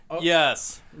Yes